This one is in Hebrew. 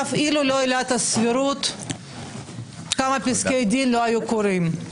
אלמלא עילת הסבירות כמה פסקי דין לא היו קורים.